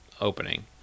opening